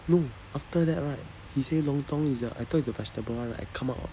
no after that right he say lontong is I thought it's the vegetable one right I come out ah